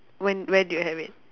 when where do you have it